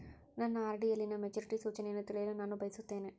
ನನ್ನ ಆರ್.ಡಿ ಯಲ್ಲಿನ ಮೆಚುರಿಟಿ ಸೂಚನೆಯನ್ನು ತಿಳಿಯಲು ನಾನು ಬಯಸುತ್ತೇನೆ